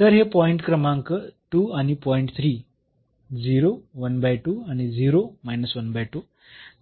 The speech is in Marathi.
तर हे पॉईंट क्रमांक 2 आणि पॉईंट 3 आणि